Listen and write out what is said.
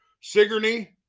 Sigourney